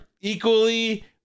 equally